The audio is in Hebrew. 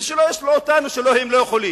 שלא ישלו אותנו שהם לא יכולים.